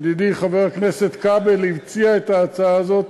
ידידי חבר הכנסת כבל הציע את ההצעה הזאת.